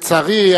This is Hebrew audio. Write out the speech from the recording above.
לצערי,